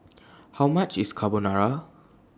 How much IS Carbonara